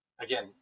Again